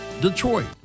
Detroit